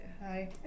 hi